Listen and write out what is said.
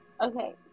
Okay